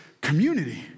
community